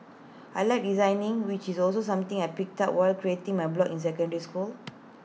I Like designing which is also something I picked up while creating my blog in secondary school